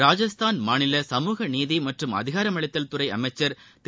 ராஜஸ்தான் மாநில சமூகநீதி மற்றும் அதிகாரமளித்தல் துறை அமைச்சர் திரு